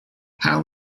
how